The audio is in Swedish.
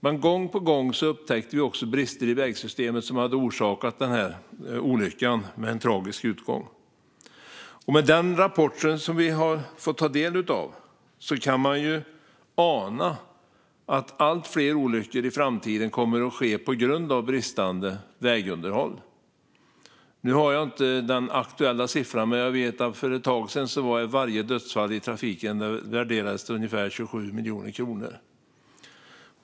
Men gång på gång upptäckte vi också att brister i vägsystemet hade orsakat olyckan med en tragisk utgång. Av den rapport som vi har fått ta del av kan man ana att allt fler olyckor i framtiden kommer att ske på grund av bristande vägunderhåll. Nu har jag inte den aktuella siffran, men jag vet att för ett tag sedan beräknades varje dödsfall i trafiken kosta ungefär 27 miljoner kronor.